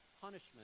punishment